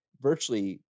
virtually